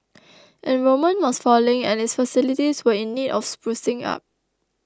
enrolment was falling and its facilities were in need of sprucing up